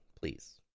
please